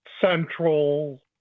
central